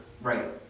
Right